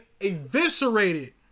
eviscerated